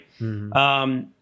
right